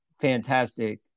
fantastic